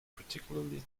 particularly